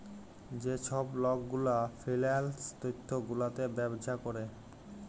যে ছব লক গুলা ফিল্যাল্স তথ্য গুলাতে ব্যবছা ক্যরে